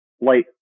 light